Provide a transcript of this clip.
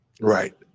Right